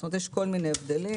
כלומר יש כל מיני הבדלים.